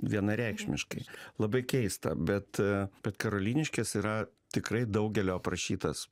vienareikšmiškai labai keista bet bet karoliniškės yra tikrai daugelio aprašytas